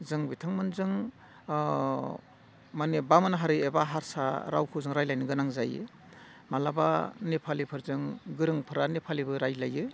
जों बिथांमोनजों माने बामोन हारि एबा हारसा रावफोरजों रायज्लायनो गोनां जायो माब्लाबा नेपालिफोरजों गोरोंफोरा नेपालिबो रायज्लायो